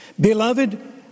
Beloved